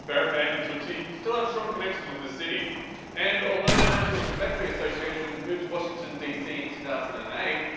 pan and tootsie still have strong connections with this city and although the national confectionary association moved to washington dc in two thousand and eight,